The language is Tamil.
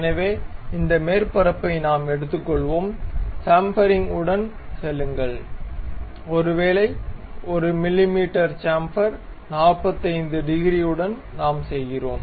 எனவே இந்த மேற்பரப்பை நாம் எடுத்துக்கொள்வோம் சாம்ஃபெரிங் உடன் செல்லுங்கள் ஒருவேளை 1 மிமீ சேம்பர் 45 டிகிரியுடன் நாம் செய்கிறோம்